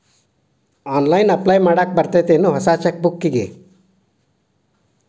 online apply ಮಾಡಾಕ್ ಬರತ್ತೇನ್ ಹೊಸ ಚೆಕ್ ಬುಕ್ಕಿಗಿ